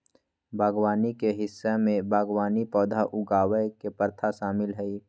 बागवानी के हिस्सा में बागवानी पौधा उगावय के प्रथा शामिल हइ